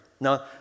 Now